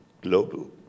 global